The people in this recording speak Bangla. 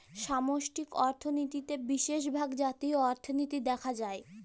সামষ্টিক অর্থনীতিতে বিশেষভাগ জাতীয় অর্থনীতি দেখা হয়